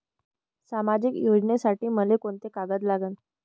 सामाजिक योजनेसाठी मले कोंते कागद लागन?